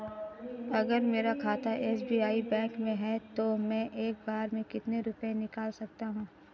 अगर मेरा खाता एस.बी.आई बैंक में है तो मैं एक बार में कितने रुपए निकाल सकता हूँ?